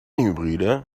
hybride